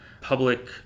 public